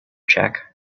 check